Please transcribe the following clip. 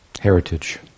heritage